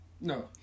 No